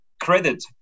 credit